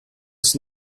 muss